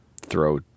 throw